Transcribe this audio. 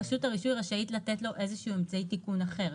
רשות הרישוי רשאית לתת לו איזשהו אמצעי תיקון אחר,